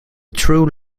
true